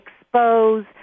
expose